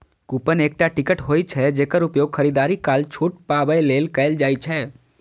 coupon एकटा ticket होइ छै, जेकर उपयोग खरीदारी काल छूट पाबै लेल कैल जाइ छै